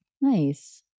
Nice